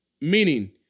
meaning